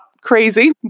crazy